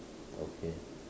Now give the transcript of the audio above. okay